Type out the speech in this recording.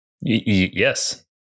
Yes